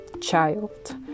child